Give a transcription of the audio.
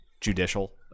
judicial